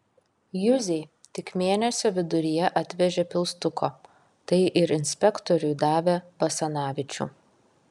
juzei tik mėnesio viduryje atvežė pilstuko tai ir inspektoriui davė basanavičių